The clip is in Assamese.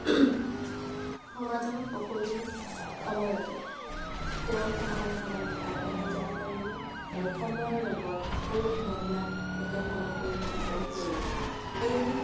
সমাজৰ সকলো সময়তে তেওঁৰ সমানে সমানে আগবাঢ়ি যাব পাৰিব আৰু সময়ৰ লগত পুৰুষ মহিলা একে সমপৰিমাণ হৈ পৰিব সেইহে